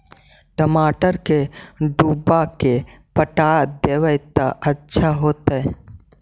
टमाटर के डुबा के पटा देबै त अच्छा होतई?